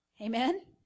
Amen